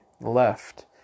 left